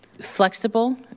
flexible